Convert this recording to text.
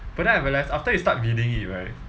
but then I realised after you start reading it right